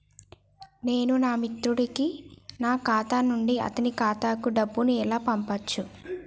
నేను నా మిత్రుడి కి నా ఖాతా నుండి అతని ఖాతా కు డబ్బు ను ఎలా పంపచ్చు?